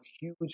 huge